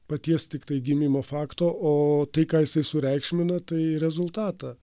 paties tiktai gimimo fakto o tai ką jisai sureikšmina tai rezultatą